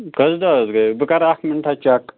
کٔژ دۄہ حظ گٔے بہٕ کَر اَکھ مِنٹاہ چَک